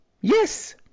Yes